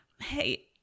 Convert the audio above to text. Hey